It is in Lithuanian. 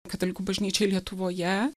katalikų bažnyčiai lietuvoje